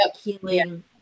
healing